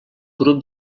grup